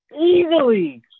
easily